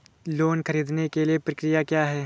Loan ख़रीदने के लिए प्रक्रिया क्या है?